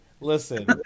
listen